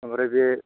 ओमफ्राय बे